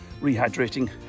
rehydrating